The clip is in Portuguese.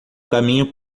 caminho